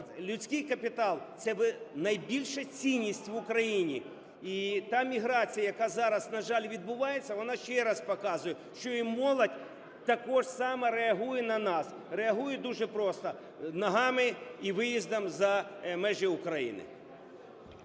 Людський капітал – це найбільша цінність в Україні і та міграція, яка зараз, на жаль, відбувається, вона ще раз показує, що і молодь також само реагує на нас. Реагують дуже просто – ногами і виїздом за межі України.